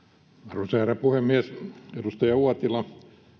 arvoisa herra puhemies edustaja uotila